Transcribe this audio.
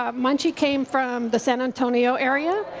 ah munchy came from the san antonio area.